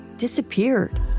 disappeared